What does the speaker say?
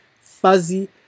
fuzzy